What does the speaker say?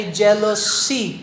jealousy